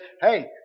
hey